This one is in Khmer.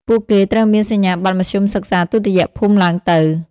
ពួកគេត្រូវមានសញ្ញាបត្រមធ្យមសិក្សាទុតិយភូមិឡើងទៅ។